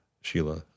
Sheila